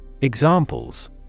Examples